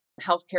healthcare